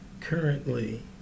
Currently